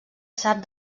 sap